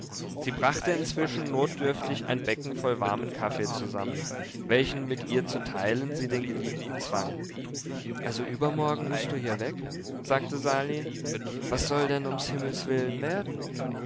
sie brachte inzwischen notdürftig ein becken voll warmen kaffee zusammen welchen mit ihr zu teilen sie den geliebten zwang also übermorgen mußt du hier weg sagte sali was soll denn ums himmels willen werden